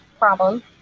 problem